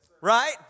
Right